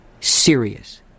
serious